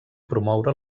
promoure